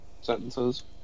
sentences